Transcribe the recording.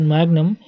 Magnum